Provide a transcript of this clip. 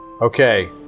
Okay